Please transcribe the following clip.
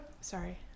Sorry